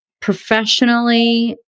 professionally